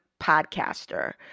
podcaster